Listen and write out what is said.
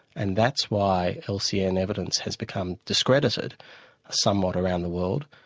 and that's why lcn evidence has become discredited somewhat around the world.